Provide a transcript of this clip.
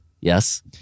Yes